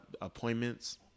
appointments